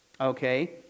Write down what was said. okay